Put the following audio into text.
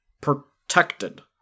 protected